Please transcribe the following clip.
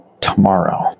tomorrow